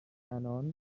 عنان